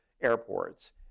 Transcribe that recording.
airports